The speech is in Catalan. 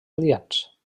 adients